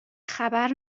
خبر